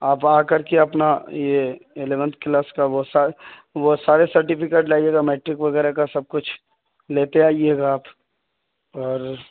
آپ آ کر کے اپنا یہ الیونتھ کلاس کا وہ وہ سارے سرٹیفکیٹ لائے گا میٹرک وغیرہ کا سب کچھ لیتے آئے گا آپ اور